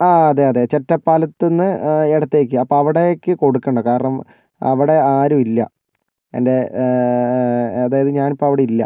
ആ അതെ അതെ ചെറ്റപ്പാലത്തു നിന്ന് ഇടത്തേക്ക് അപ്പം അവിടേക്ക് കൊടുക്കണ്ട കാരണം അവിടെ ആരും ഇല്ല എൻ്റെ അതായത് ഞാനിപ്പോൾ അവിടെയില്ല